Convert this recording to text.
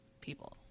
people